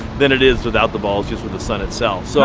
than it is without the balls, just with the sun itself. so